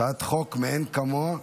הצעת חוק מאין כמוה.